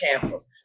campus